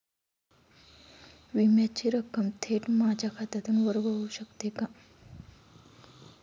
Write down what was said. विम्याची रक्कम थेट माझ्या खात्यातून वर्ग होऊ शकते का?